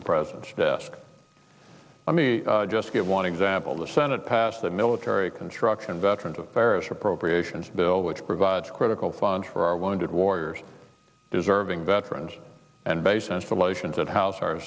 the president's desk i mean just give one example the senate passed the military construction veterans affairs appropriations bill which provides critical funds for our wounded warriors deserving veterans and bases for lessons that house our